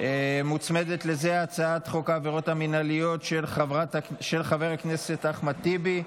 מוצמדת לזה הצעת חוק העבירות המינהליות של חבר הכנסת אחמד טיבי.